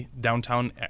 downtown